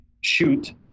shoot